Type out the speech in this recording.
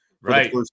right